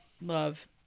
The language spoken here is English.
love